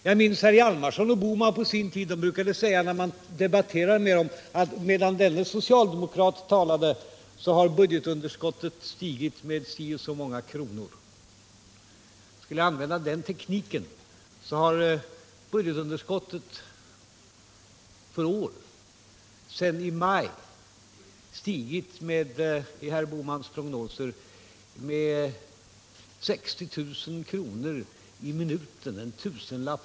Jag minns hur herrar Hjalmarson och Bohman förr i tiden i debatterna sade: Medan denne socialdemokrat talat har budgetunderskottet stigit med si och så många kronor. Skulle jag använda den tekniken så har årets budgetunderskott sedan maj månad stigit med 60 000 kr. i minuten, 1 000 kr.